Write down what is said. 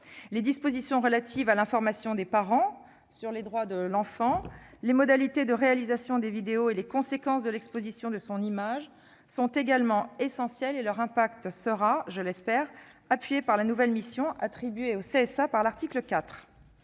Les dispositions relatives à l'information des parents sur les droits de l'enfant, les modalités de réalisation des vidéos et les conséquences de l'exposition de son image sont également essentielles et leur effectivité sera, je l'espère, appuyée par la nouvelle mission attribuée au CSA par l'article 4.